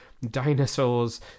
dinosaurs